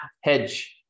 Hedge